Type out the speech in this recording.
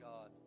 God